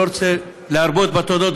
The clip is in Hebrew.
אני לא רוצה להרבות בתודות,